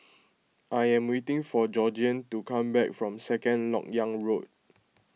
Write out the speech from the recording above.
I am waiting for Georgiann to come back from Second Lok Yang Road